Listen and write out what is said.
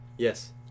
Yes